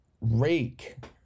rake